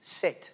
set